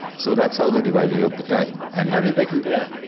so that's how they divided up the time. and how did they compare?